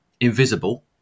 invisible